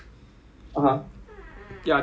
ya so not usually uncle 给 one scoop